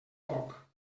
poc